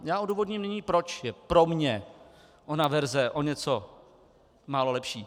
Já odůvodním nyní, proč je pro mě ona verze o něco málo lepší.